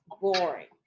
boring